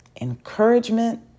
encouragement